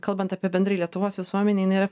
kalbant apie bendrai lietuvos visuomenę jinai yra